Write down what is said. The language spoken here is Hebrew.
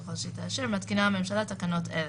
ככל שהיא תאשר "מתקינה הממשלה תקנות אלה: